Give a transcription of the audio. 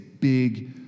big